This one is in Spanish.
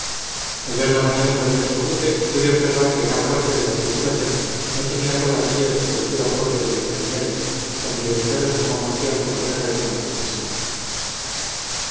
al ver la maniobra de nuestro buque pude observar que gran parte de la tripulación no tenía toda aquella desenvoltura propia de los marineros familiarizados como marcial con la guerra y con la tempestad